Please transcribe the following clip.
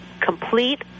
complete